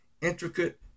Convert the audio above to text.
intricate